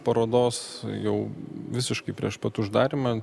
parodos jau visiškai prieš pat uždarymą